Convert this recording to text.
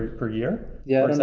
per year. yeah,